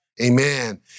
Amen